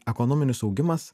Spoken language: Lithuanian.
ekonominis augimas